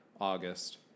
August